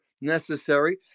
necessary